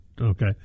Okay